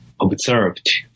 observed